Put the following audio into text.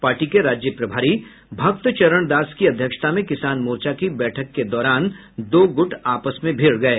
party के राज्य प्रभारी भक्त चरण दास की अध्यक्षता में किसान मोर्चा की बैठक के दौरान दो गुट आपस में फिर भीड़ गये